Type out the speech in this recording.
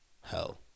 hell